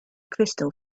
crystal